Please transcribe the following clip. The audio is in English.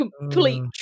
complete